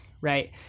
right